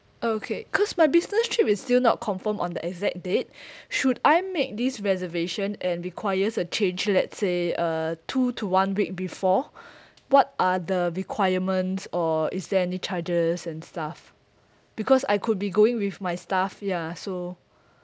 okay cause my business trip is still not confirmed on the exact date should I make this reservation and requires a change let's say uh two to one week before what are the requirements or is there any charges and stuff because I could be going with my staff ya so